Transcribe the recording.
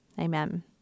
Amen